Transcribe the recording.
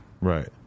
Right